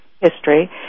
history